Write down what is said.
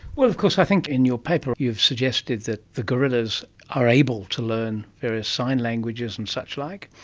well, of course i think in your paper you've suggested that the gorillas are able to learn various sign languages and suchlike,